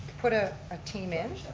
put a ah team in,